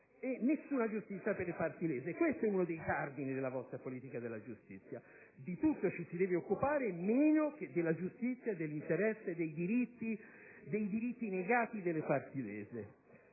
e nessuna giustizia per le parti lese: questo è uno dei cardini della vostra politica sulla giustizia. Di tutto ci si deve occupare, meno che della giustizia, dell'interesse e dei diritti negati delle parti lese.